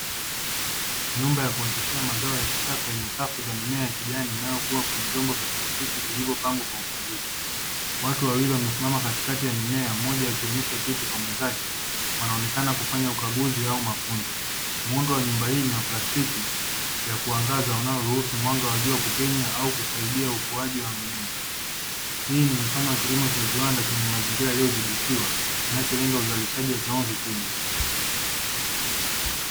Nyumba ya kuoteshea mazao ya kisasa yenye safu za mimea ya kijani inayokuwa kwenye vyombo vya plastiki vilivyopangwa kwa usahihi. Watu wawili wamesimama katikati ya mimea moja akionyesha kitu kwa mwenzake wanaonekana kufanya ukaguzi au mafunzo, muundo wa nyumba hii ni wa plastiki ya kuangaza unaoruhusu mwanga wa jua kupenya au kusaidia ukuaji wa mimea hii ni mfano wa kilimo cha viwanda chenye mazingira yaliyodhibitiwa kinacholenga uzalishaji wa kiwango kikubwa.